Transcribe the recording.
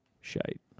shite